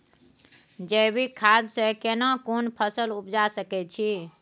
जैविक खाद से केना कोन फसल उपजा सकै छि?